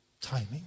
Timing